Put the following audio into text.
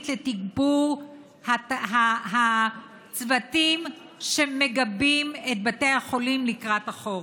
לתגבור הצוותים שמגבים את בתי החולים לקראת החורף.